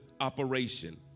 operation